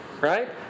right